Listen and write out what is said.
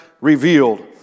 revealed